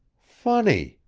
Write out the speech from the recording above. funny!